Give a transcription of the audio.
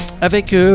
avec